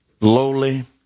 lowly